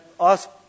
ask